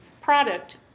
product